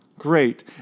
Great